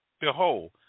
Behold